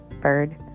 bird